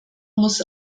muss